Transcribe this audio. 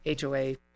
HOA